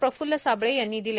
प्रफूल्ल साबळे यांनी दिले